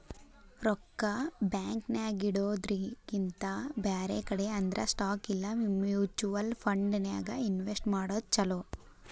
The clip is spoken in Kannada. ರೊಕ್ಕಾ ಬ್ಯಾಂಕ್ ನ್ಯಾಗಿಡೊದ್ರಕಿಂತಾ ಬ್ಯಾರೆ ಕಡೆ ಅಂದ್ರ ಸ್ಟಾಕ್ ಇಲಾ ಮ್ಯುಚುವಲ್ ಫಂಡನ್ಯಾಗ್ ಇನ್ವೆಸ್ಟ್ ಮಾಡೊದ್ ಛಲೊ